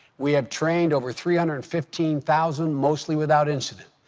we have trained over three hundred and fifteen thousand, mostly without incident.